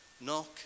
Knock